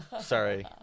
sorry